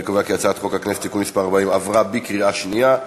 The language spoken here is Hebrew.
אני קובע כי הצעת חוק הכנסת (תיקון מס' 40) עברה בקריאה שנייה.